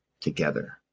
together